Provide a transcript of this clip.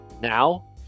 now